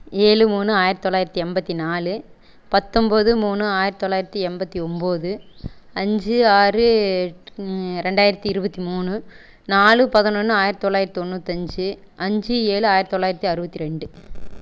ஏழு மூணு ஆயிரத்தி தொள்ளாயிரத்தி எம்பத்தி நாலு பத்தொன்போது மூணு ஆயிரத்தி தொள்ளாயிரத்தி எண்பத்தி ஒன்போது அஞ்சு ஆறு ரெண்டாயிரத்தி இருபத்தி மூணு நாலு பதினொன்று ஆயிரத்தி தொள்ளாயிரத்தி தொண்ணூத்தஞ்சு அஞ்சு ஏழு ஆயிரத்தி தொள்ளாயிரத்தி அறுபத்தி ரெண்டு